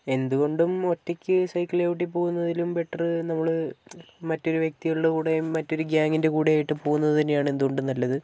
എന്തുകൊണ്ടും ഒറ്റയ്ക്ക് സൈക്കിൾ ചവിട്ടി പോകുന്നതിലും ബെറ്ററ് നമ്മൾ മറ്റൊരു വ്യക്തികളുടെ കൂടെയും മറ്റൊരു ഗ്യാങ്ങിന്റെ കൂടെയുമായിട്ട് പോകുന്നത് തന്നെയാണ് എന്തുകൊണ്ടും നല്ലത്